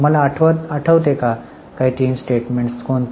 तुम्हाला आठवते काय तीन स्टेटमेंट्स कोणती